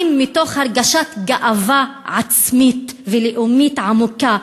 מתוך הרגשת גאווה עצמית ולאומית עמוקה,